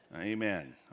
Amen